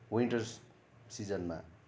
winter सिजनमा